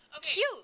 cute